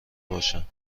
باشم